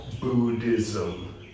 Buddhism